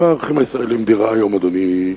בערכים הישראליים דירה היום, אדוני,